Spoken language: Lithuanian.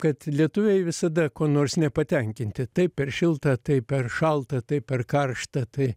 kad lietuviai visada kuo nors nepatenkinti tai per šilta tai per šalta tai per karšta tai